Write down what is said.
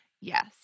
Yes